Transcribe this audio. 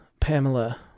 Pamela